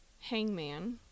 Hangman